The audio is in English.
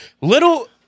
little